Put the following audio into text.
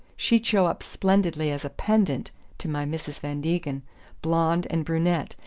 she'd show up splendidly as a pendant to my mrs. van degen blonde and brunette.